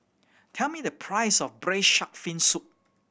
tell me the price of Braised Shark Fin Soup